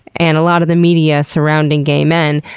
and a lot of the media surrounding gay men,